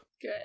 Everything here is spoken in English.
Good